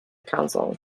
council